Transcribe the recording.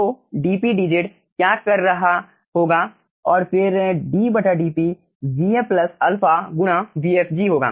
तो dpdz क्या कर रहा होगा और फिर ddp vf प्लस अल्फा गुणा vfg होगा